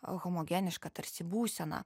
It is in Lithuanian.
homogenišką tarsi būseną